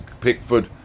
Pickford